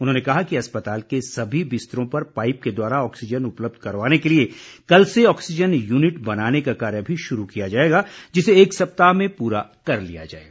उन्होंने कहा कि अस्पताल के सभी बिस्तरों पर पाइप के द्वारा ऑक्सीज़न उपलब्ध करवाने के लिए कल से ऑक्सीज़न युनिट बनाने का कार्य भी शुरू किया जाएगा जिसे एक सप्ताह में पूरा कर लिया जाएगा